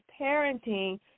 parenting